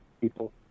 people